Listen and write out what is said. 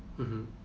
mmhmm